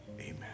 amen